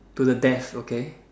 to the death okay